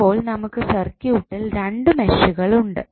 ഇപ്പോൾ നമുക്ക് സർക്യൂട്ടിൽ രണ്ട് മെഷുകൾ ഉണ്ട്